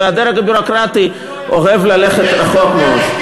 והדרג הביורוקרטי אוהב ללכת רחוק מאוד.